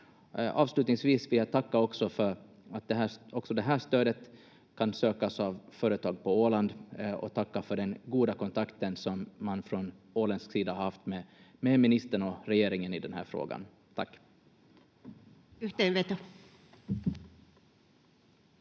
Avslutningsvis vill jag tacka för att också det här stödet kan sökas av företag på Åland och tacka för den goda kontakten som man från åländsk sida har haft med ministern och regeringen i den här frågan. — Tack. [Tulkki